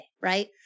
Right